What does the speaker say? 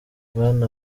bwana